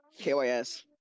KYS